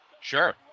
Sure